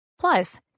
Plus